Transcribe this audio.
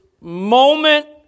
moment